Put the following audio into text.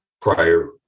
prior